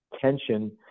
tension